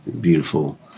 beautiful